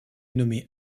nommé